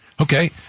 Okay